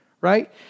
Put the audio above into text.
right